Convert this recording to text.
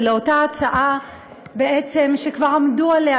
ולאותה הצעה שכבר עמדו עליה,